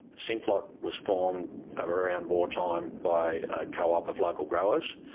simplot was formed ah around wartime by a co-op of local growers,